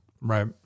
Right